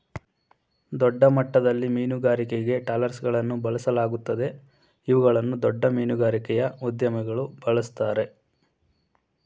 ದೊಡ್ಡಮಟ್ಟದಲ್ಲಿ ಮೀನುಗಾರಿಕೆಗೆ ಟ್ರಾಲರ್ಗಳನ್ನು ಬಳಸಲಾಗುತ್ತದೆ ಇವುಗಳನ್ನು ದೊಡ್ಡ ಮೀನುಗಾರಿಕೆಯ ಉದ್ಯಮಿಗಳು ಬಳ್ಸತ್ತರೆ